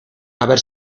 haber